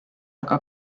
aga